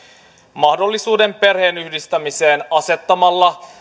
mahdollisuuden perheenyhdistämiseen asettamalla